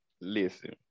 listen